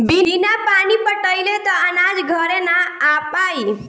बिना पानी पटाइले त अनाज घरे ना आ पाई